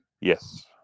yes